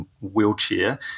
wheelchair